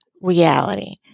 reality